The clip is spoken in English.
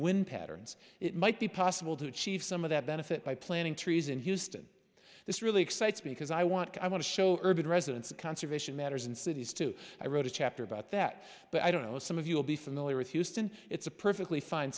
wind patterns it might be possible to achieve some of that benefit by planting trees in houston this really excites me because i want i want to show urban residents of conservation matters in cities too i wrote a chapter about that but i don't know some of you will be familiar with houston it's a perfectly fine